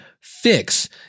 fix